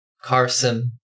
Carson